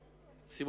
ש"ח,